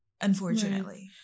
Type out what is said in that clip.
unfortunately